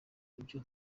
ibyo